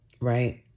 right